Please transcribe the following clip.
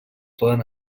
poden